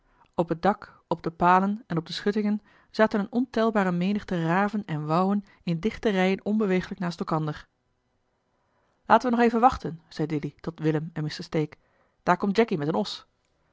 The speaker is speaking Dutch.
op het dak op de palen en op de schuttingen zaten een ontelbare menigte raven en wouwen in dichte rijen onbeweeglijk naast elkander laten we nog even wachten zei dilly tot willem en mr stake daar komt jacky met een os